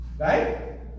Right